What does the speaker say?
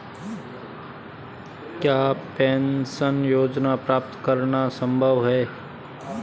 क्या पेंशन योजना प्राप्त करना संभव है?